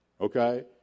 okay